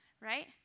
right